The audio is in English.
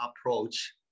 approach